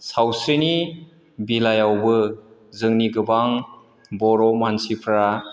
सावस्रिनि बेलायावबो जोंनि गोबां बर' मानसिफोरा